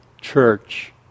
church